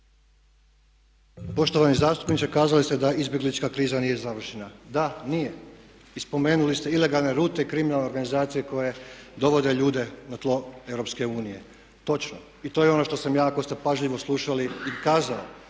Poštovani zastupniče kazali ste da izbjeglička kriza nije završena. Da, nije. I spomenuli ste ilegalne rute i kriminalne organizacije koje dovode ljude na tlo EU. Točno. To je ono što sam ja ako ste pažljivo slušali i kazao.